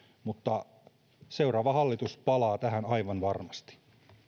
mutta seuraava hallitus palaa tähän aivan varmasti